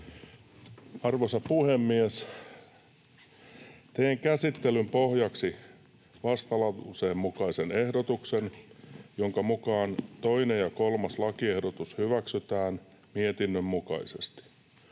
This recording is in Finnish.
Arvoisa puhemies! Teen käsittelyn pohjaksi vastalauseen mukaisen ehdotuksen, jonka mukaan toinen ja kolmas lakiehdotus hyväksytään mietinnön mukaisesti,